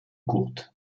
courtes